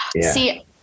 See